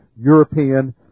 European